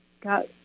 Got